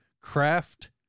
craft